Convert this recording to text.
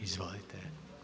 Izvolite.